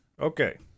Okay